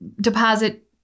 deposit